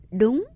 đúng